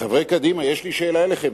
חברי קדימה, יש לי שאלה אליכם.